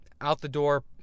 out-the-door